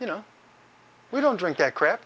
you know we don't drink that crap